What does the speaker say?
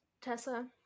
Tessa